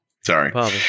Sorry